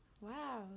wow